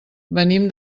venim